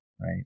right